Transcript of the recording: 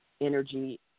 energy